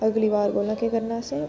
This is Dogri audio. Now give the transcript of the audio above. अगली बार कोला केह् करना असें